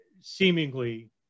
seemingly